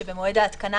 שבמועד ההתקנה